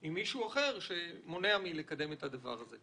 עם מישהו אחר שמונע מלקדם את הדבר הזה.